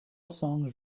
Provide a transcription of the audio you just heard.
songs